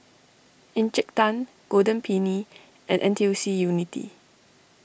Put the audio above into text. Encik Tan Golden Peony and N T U C Unity